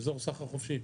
אזור סחר חופשי.